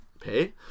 pay